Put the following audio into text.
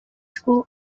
school